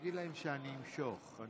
תודה רבה, אדוני יושב-ראש הכנסת.